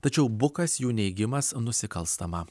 tačiau bukas jų neigimas nusikalstama